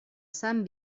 sant